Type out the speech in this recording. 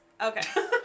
Okay